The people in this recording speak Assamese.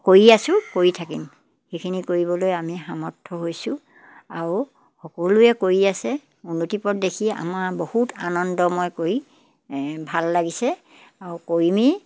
কৰি আছোঁ কৰি থাকিম সেইখিনি কৰিবলৈ আমি সামৰ্থ হৈছোঁ আৰু সকলোৱে কৰি আছে উন্নতি পথ দেখি আমাৰ বহুত আনন্দ মই কৰি ভাল লাগিছে আৰু কৰিমেই